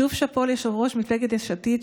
שוב שאפו ליושב-ראש מפלגת יש עתיד,